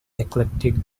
eclectic